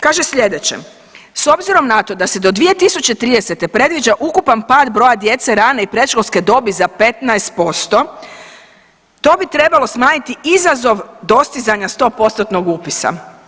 Kaže sljedeće: „S obzirom na to da se do 2030. predviđa ukupan pad broja djece rane i predškolske dobi za 15% to bi trebalo smanjiti izazov dostizanja sto postotnog upisa.